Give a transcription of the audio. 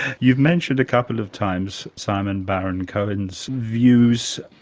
you've mentioned a couple of times simon baron-cohen's views.